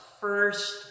first